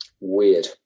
Weird